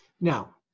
Now